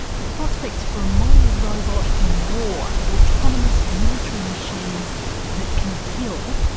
the prospects for a moral robot in war, autonomous military machines that can kill,